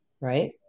Right